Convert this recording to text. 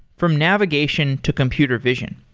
from navigation to computer vision.